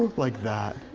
like that.